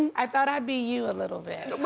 i thought i'd be you a little bit. well,